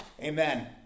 Amen